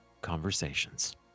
conversations